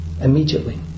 immediately